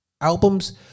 albums